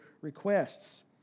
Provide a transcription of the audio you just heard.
requests